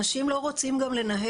אנשים גם לא רוצים לנהל.